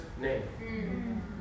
name